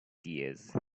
dears